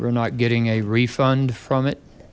we're not getting a refund from it